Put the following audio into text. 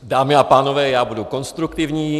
Dámy a pánové, já budu konstruktivní.